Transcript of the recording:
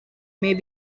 may